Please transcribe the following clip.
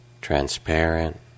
transparent